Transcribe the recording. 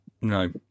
No